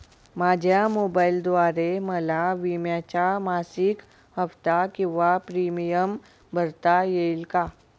माझ्या मोबाईलद्वारे मला विम्याचा मासिक हफ्ता किंवा प्रीमियम भरता येईल का?